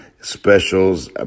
specials